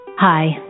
Hi